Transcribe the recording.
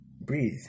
breathe